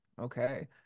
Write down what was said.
Okay